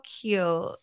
cute